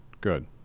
good